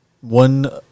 One